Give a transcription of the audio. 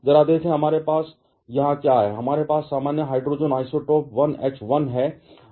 जरा देखें हमारे पास यहां क्या है हमारे पास सामान्य हाइड्रोजन आइसोटोप 1 H 1 है